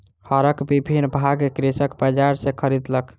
हरक विभिन्न भाग कृषक बजार सॅ खरीदलक